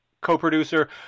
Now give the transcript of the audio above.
co-producer